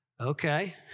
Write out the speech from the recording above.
Okay